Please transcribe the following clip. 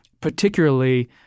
particularly